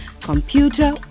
computer